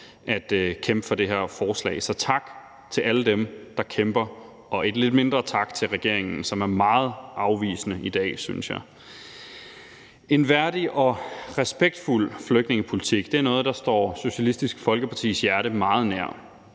at kæmpe for det her forslag. Så tak til alle dem, der kæmper – og en lidt mindre tak til regeringen, som jeg synes er meget afvisende i dag. En værdig og respektfuld flygtningepolitik er noget, der står Socialistisk Folkepartis hjerte meget nært,